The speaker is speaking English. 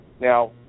Now